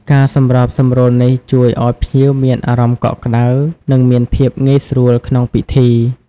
ការសម្របសម្រួលនេះជួយឱ្យភ្ញៀវមានអារម្មណ៍កក់ក្តៅ និងមានភាពងាយស្រួលក្នុងពិធី។